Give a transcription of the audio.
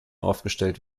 aufgestellt